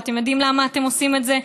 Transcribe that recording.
ואתם יודעים למה אתם עושים את זה?